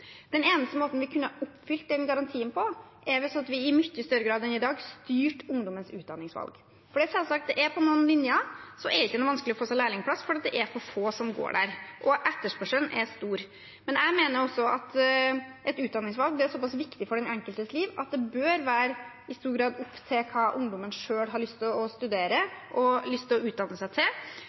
Den eneste måten vi kunne oppfylt den garantien på, var at vi i mye større grad enn i dag måtte styre ungdommens utdanningsvalg. For noen linjer er det selvsagt ikke vanskelig å få lærlingplass, fordi det er få som går der, og etterspørselen er stor. Men jeg mener også at et utdanningsvalg er såpass viktig for den enkeltes liv at det i stor grad bør være opp til hva ungdommen selv har lyst til å studere og lyst til å utdanne seg til.